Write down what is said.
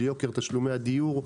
של יוקר תשלומי הדיור.